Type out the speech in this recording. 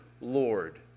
Lord